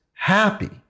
happy